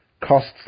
costs